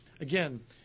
again